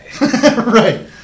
Right